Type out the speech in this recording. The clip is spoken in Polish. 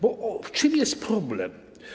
Bo w czym jest problem?